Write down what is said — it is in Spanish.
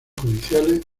judiciales